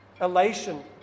elation